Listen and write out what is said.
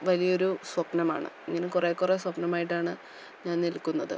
വലിയൊരു സ്വപ്നമാണ് ഇങ്ങനെ കുറേ കുറേ സ്വപ്നമായിട്ടാണ് ഞാൻ നിൽക്കുന്നത്